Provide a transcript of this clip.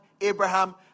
Abraham